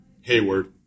Hayward